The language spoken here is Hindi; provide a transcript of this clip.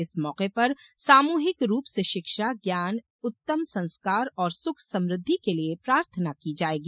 इस मौके पर सामूहिक रूप से शिक्षा ज्ञान उत्तम संस्कार और सुख समृद्धि के लिये प्रार्थना की जाएगी